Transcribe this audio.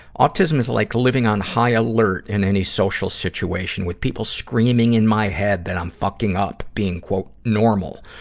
autism is like living on high alert in any social situation, with people screaming in my head that i'm fucking up being normal.